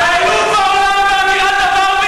מה אתה מסוגל,